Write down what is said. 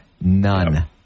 None